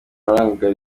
urarangiye